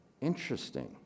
Interesting